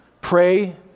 pray